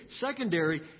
secondary